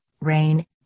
rain